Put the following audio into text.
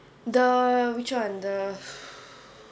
the which [one] the